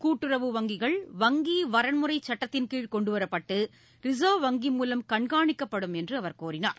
கூட்டுறவு வங்கிகள் வங்கி வரன்முறை சுட்டத்தின் கீழ் கொண்டுவரப்பட்டு ரிசா்வ் வங்கி மூலம் கண்காணிக்கப்படும் என்று அவர் கூறினார்